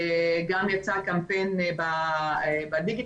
גם יצא קמפיין בדיגיטל.